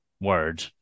word